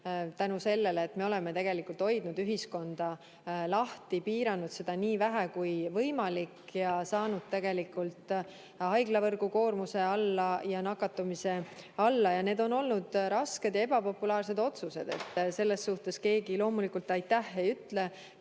otsustele. Me oleme hoidnud ühiskonda lahti, piiranud seda nii vähe kui võimalik ja saanud haiglavõrgu koormuse alla ja ka nakatumise alla. Need on olnud rasked ja ebapopulaarsed otsused, selle eest keegi loomulikult aitäh ei ütle.